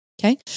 Okay